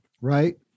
right